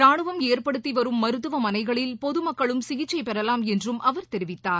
ரானுவம் ஏற்படுத்திவரும் மருத்துவமனைகளில் பொதுமக்களும் சிகிச்சைபெறலாம் என்றும் அவர் தெரிவித்தார்